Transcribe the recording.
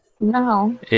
No